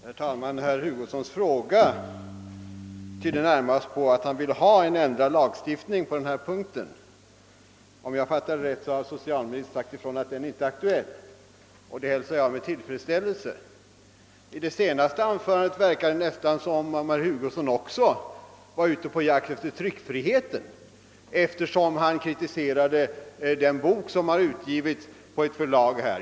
Herr talman! Herr Hugossons fråga tyder närmast på att han vill ha till stånd en ändring av lagstiftningen på denna punkt. Om jag fattat socialministern rätt, har denne sagt ifrån att någon sådan ändring inte är aktuell. Det hälsar jag med tillfredsställelse. I det senaste anförandet verkade det nästan som om herr Hugosson också var ute på jakt efter tryckfriheten, eftersom han kritiserade den bok som har utgivits på ett förlag.